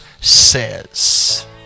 says